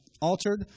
altered